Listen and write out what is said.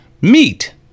MEAT